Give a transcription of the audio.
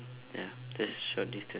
ya just short distance